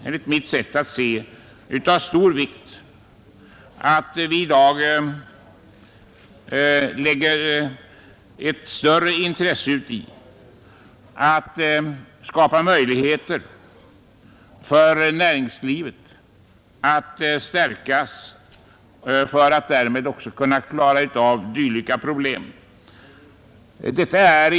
Enligt min mening är det av stor vikt att vi nu intresserar oss mera för möjligheterna att stärka näringslivet, så att vi kan klara de problem som där uppstår.